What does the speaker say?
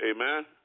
amen